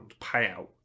payout